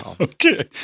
Okay